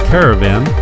Caravan